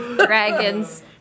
dragons